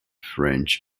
french